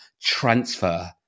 transfer